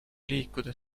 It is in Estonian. liikuda